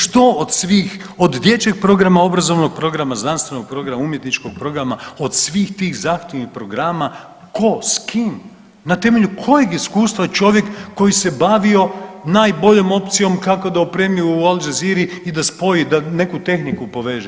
Što od svih, od dječjeg programa, obrazovnog programa, znanstvenog programa, umjetničkog programa, od svih tih zahtjevnih programa, ko, s kim, na temelju kojeg iskustva čovjek koji se bavio najboljom opcijom kako da opremi u Al Jazeeri i da spoji da neku tehniku poveže.